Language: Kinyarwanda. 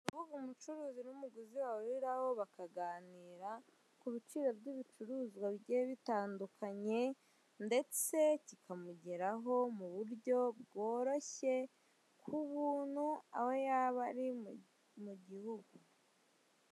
Urubuga umucuruzi n'umuguzi bahuriraho bakaganira ku biciro by'ibicuruzwa bigiye bitandukanye, ndetse kikamugeraho mu buryo bworoshye, ku buntu, aho yaba ari, mu, mu gihugu.